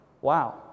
Wow